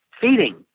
feeding